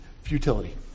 futility